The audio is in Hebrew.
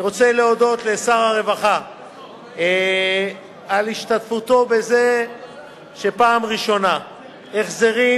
אני רוצה להודות לשר הרווחה על השתתפותו בזה שפעם ראשונה החזרים,